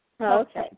Okay